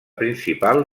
principal